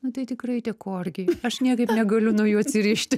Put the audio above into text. nu tai tikrai tie korgiai aš niekaip negaliu nuo jų atsirišti